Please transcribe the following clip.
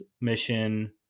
mission